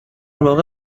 واقع